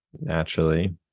naturally